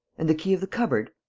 and the key of the cupboard?